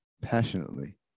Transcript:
passionately